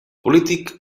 polític